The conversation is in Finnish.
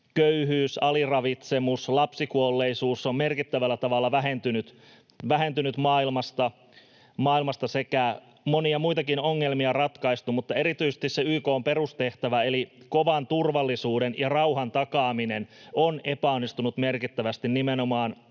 köyhyys, aliravitsemus, lapsikuolleisuus on merkittävällä tavalla vähentynyt maailmasta sekä monia muitakin ongelmia ratkaistu. Mutta erityisesti se YK:n perustehtävä eli kovan turvallisuuden ja rauhan takaaminen on epäonnistunut merkittävästi nimenomaan